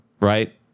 Right